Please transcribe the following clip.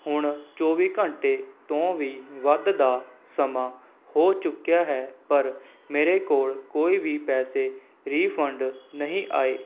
ਹੁਣ ਚੌਵੀ ਘੰਟੇ ਤੋਂ ਵੀ ਵੱਧ ਦਾ ਸਮਾਂ ਹੋ ਚੁੱਕਿਆ ਹੈ ਪਰ ਮੇਰੇ ਕੋਲ ਕੋਈ ਵੀ ਪੈਸੇ ਰੀਫੰਡ ਨਹੀਂ ਆਏ